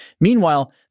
Meanwhile